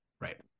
right